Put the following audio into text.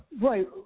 Right